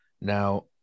Now